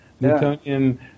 Newtonian